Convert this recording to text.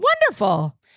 Wonderful